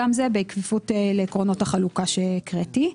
גם זה בכפיפות לעקרונות החלוקה שהקראתי.